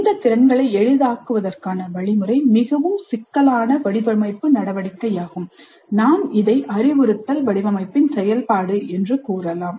இந்த திறன்களை எளிதாக்குவதற்கான வழிமுறை மிகவும் சிக்கலான வடிவமைப்பு நடவடிக்கையாகும் நாம் இதை அறிவுறுத்தல் வடிவமைப்பின் செயல்பாடு என்று கூறலாம்